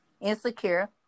insecure